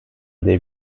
they